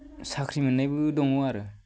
साख्रि मोन्नायबो दङ आरो